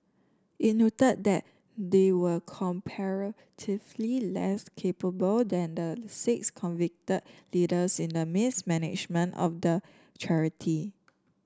it noted that they were comparatively less capable than the six convicted leaders in the mismanagement of the charity